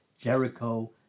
Jericho